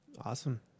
Awesome